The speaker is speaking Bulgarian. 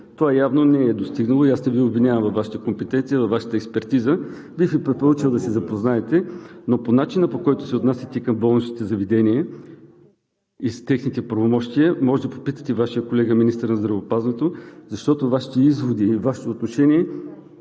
Това явно не е достигнало и не Ви обвинявам във Вашата компетенция, Вашата експертиза, но бих Ви препоръчал да се запознаете. Искам да Ви кажа, че начинът, по който се отнасяте към болничните заведения и техните правомощия, може да попитате Вашия колега министъра на здравеопазването, защото Вашите изводи и Вашето отношение